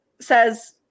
says